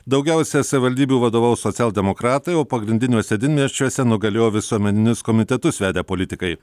daugiausia savivaldybių vadovaus socialdemokratai o pagrindiniuose didmiesčiuose nugalėjo visuomeninius komitetus vedę politikai